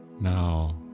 Now